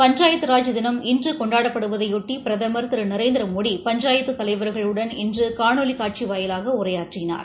பஞ்சாயத்தராஜ் தினம் இன்று கொண்டாடப்படுவதையொடடி பிரதமர் திரு நரேந்திரமோடி பஞ்சாயத்து தலைவர்களுடன் இன்று காணொலி காட்சி வாயிலாக உரையாற்றினார்